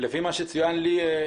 לפי מה שצוין לי,